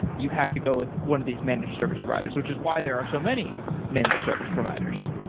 you have to go with one of these managed service providers, which is why there are so many managed service providers.